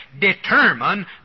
determine